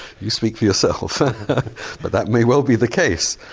you speak for yourself, but that may well be the case.